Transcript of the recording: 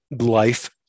life